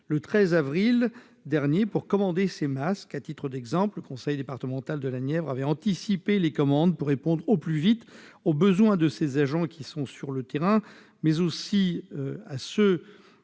le 13 avril dernier, pour commander des masques. Par exemple, le conseil départemental de la Nièvre avait anticipé ses commandes pour répondre au plus vite aux besoins de ses agents sur le terrain, mais aussi des